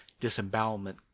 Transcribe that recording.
disembowelment